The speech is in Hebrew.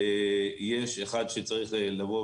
יש אחד שצריך לבוא